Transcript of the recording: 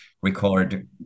record